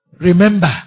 remember